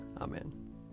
Amen